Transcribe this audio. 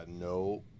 no